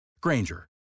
Granger